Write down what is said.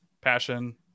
passion